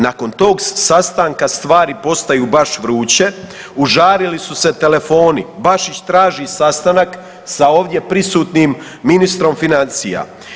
Nakon tog sastanka stvari postaju baš vruće, užarili su se telefoni, Bašić traži sastanak sa ovdje prisutnim ministrom financija.